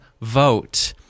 vote